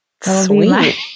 Sweet